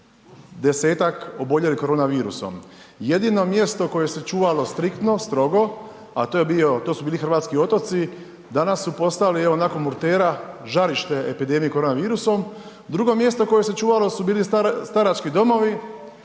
10-ak oboljelih korona virusom. Jedino mjesto koje se čuvalo striktno strogo, a to su bili hrvatski otoci, danas su postali nakon Murtera žarište epidemije korona virusom. Drugo mjesto koje se čuvalo su bili starački domovi